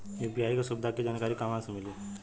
UPI के सुविधा के जानकारी कहवा से मिली?